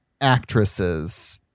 actresses